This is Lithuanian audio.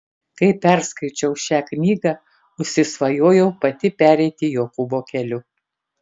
kai perskaičiau šią knygą užsisvajojau pati pereiti jokūbo keliu